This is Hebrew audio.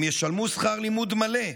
הם ישלמו שכר לימוד מלא,